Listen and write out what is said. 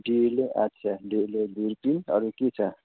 डेलो अच्छा डेलो डेलो अरू के छ